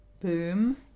boom